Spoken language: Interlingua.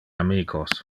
amicos